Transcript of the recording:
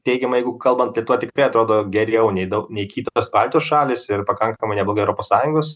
teigiamai jeigu kalbant tai tiktai atrodo geriau nei daug nei kitos baltijos šalys ir pakankamai neblogai europos sąjungos